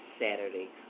Saturday